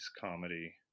comedy